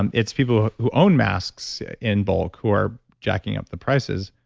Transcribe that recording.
and it's people who own masks in bulk who are jacking up the prices.